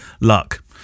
luck